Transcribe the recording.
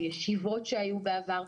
בישיבות שהיו בעבר,